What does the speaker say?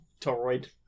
toroid